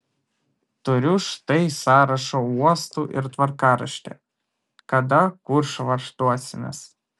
turiu štai sąrašą uostų ir tvarkaraštį kada kur švartuosimės